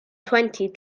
twenty